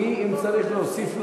אם צריך להוסיף לו,